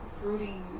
fruity